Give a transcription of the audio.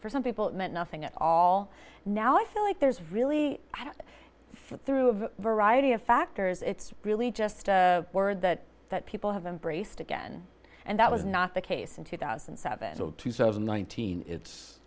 for some people it meant nothing at all now i feel like there's really through a variety of factors it's really just a word that that people have embraced again and that was not the case in two thousand and seven two seven nineteen it's